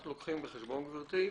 אנחנו לוקחים בחשבון גברתי,